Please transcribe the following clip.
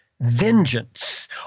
vengeance